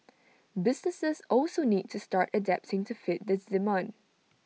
businesses also need to start adapting to fit this demand